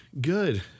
good